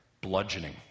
bludgeoning